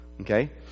Okay